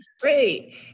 great